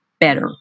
better